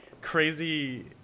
crazy